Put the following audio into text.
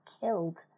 killed